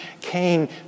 Cain